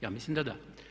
Ja mislim da da.